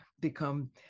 become